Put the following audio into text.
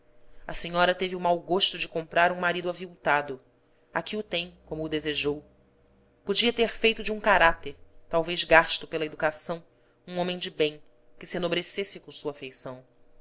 a senhora teve o mau gosto de comprar um marido aviltado aqui o tem como o desejou podia ter feito de um caráter talvez gasto pela educação um homem de bem que se enobrecesse com sua afeição